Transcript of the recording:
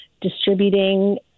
distributing